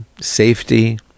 safety